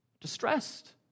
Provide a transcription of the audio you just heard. distressed